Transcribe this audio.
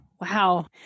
Wow